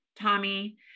Tommy